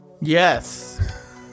Yes